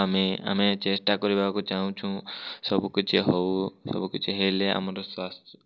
ଆମେ ଆମେ ଚେଷ୍ଟା କରିବାକୁ ଚାହୁଁଛୁ ସବୁକିଛି ହେଉ ସବୁକିଛି ହେଲେ ଆମର ସ୍ୱାସ୍